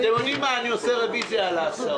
אני עושה רוויזיה על ההסעות.